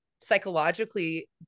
psychologically